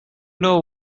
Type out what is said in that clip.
know